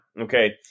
okay